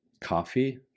coffee